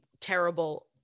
terrible